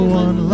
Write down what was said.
one